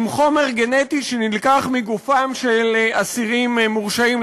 לחומר גנטי שנלקח מגופם של אסירים מורשעים,